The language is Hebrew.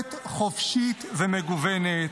תקשורת חופשית ומגוונת,